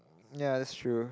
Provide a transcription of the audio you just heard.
ya that's true